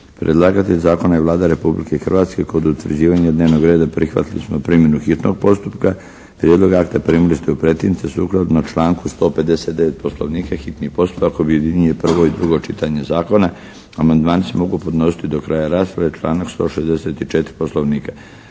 Predlagatelj Zakona je Vlada Republike Hrvatske. Kod utvrđivanja dnevnog reda prihvatili smo primjenu hitnog postupka. Prijedlog akta primili ste u pretince. Sukladno članku 159. Poslovnika hitni postupak objedinjuje prvo i drugo čitanje Zakona. Amandmani se mogu podnositi do kraja rasprave članak 164. Poslovnika.